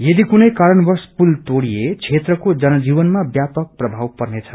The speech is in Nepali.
यदि कुनै कारणवंश पु तोडिए क्षेत्रको जनजीवन व्यापक प्रभाव पर्नेछ